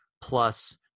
plus